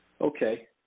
Okay